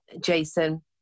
Jason